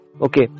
okay